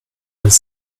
als